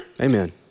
Amen